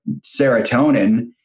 serotonin